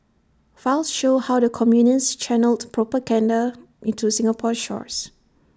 files show how the communists channelled propaganda into Singapore's shores